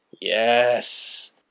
Yes